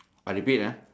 I repeat ah